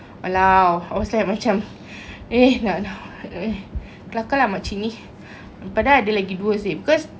!walao! I was like macam eh nak eh kelakar lah makcik ni